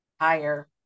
higher